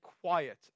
quiet